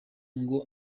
ngo